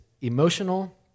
emotional